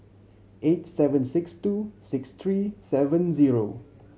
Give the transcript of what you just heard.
eight seven six two six three seven zero